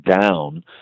down